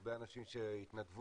הרבה אנשים שהתנדבו,